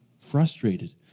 frustrated